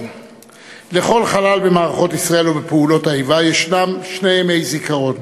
לכל חלל במערכות ישראל ובפעולות האיבה ישנם שני ימי זיכרון: